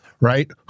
right